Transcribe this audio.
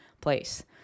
place